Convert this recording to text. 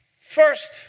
first